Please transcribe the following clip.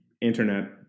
internet